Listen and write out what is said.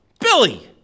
Billy